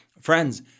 Friends